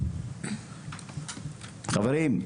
חברים,